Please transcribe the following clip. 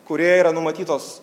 kurioje yra numatytos